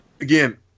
Again